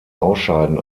ausscheiden